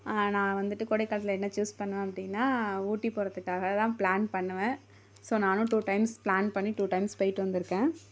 நான் வந்துட்டு கோடை காலத்தில் என்ன சூஸ் பண்ணுவேன் அப்படினா ஊட்டி போகிறதுக்குகாக தான் பிளான் பண்ணுவேன் ஸோ நானும் டூ டைம்ஸ் பிளான் பண்ணி டூ டைம்ஸ் போய்ட்டு வந்துருக்கேன்